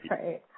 Right